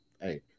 Hey